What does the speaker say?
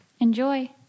Enjoy